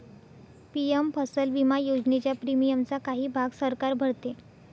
PM फसल विमा योजनेच्या प्रीमियमचा काही भाग सरकार भरते